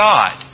God